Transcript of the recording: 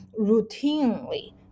routinely